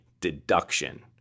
deduction